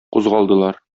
кузгалдылар